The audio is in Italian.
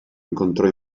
incontrò